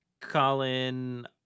Colin